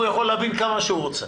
הוא יכול להבין כמה שהוא רוצה.